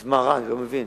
אז מה רע, אני לא מבין.